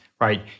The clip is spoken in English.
right